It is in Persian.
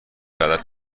غلط